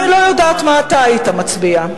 אני לא יודעת מה אתה היית מצביע.